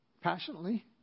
passionately